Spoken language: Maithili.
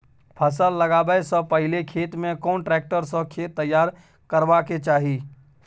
फसल लगाबै स पहिले खेत में कोन ट्रैक्टर स खेत तैयार करबा के चाही?